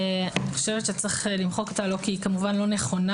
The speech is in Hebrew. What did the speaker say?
אני חושבת שצריך למחוק את ה"לא" כי היא כמובן לא נכונה.